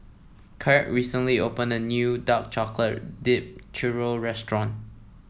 Kraig recently opened a new Dark Chocolate Dipped Churro restaurant